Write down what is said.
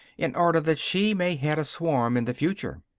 in order that she may head a swarm in the future.